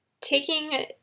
taking